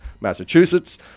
Massachusetts